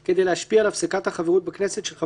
רשאים להפסיק את חברותם ארבעה חברי הכנסת או כמספר